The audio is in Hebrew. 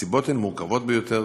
הסיבות הן מורכבות ביותר,